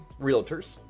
realtors